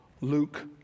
luke